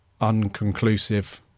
unconclusive